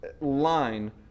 line